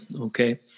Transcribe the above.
okay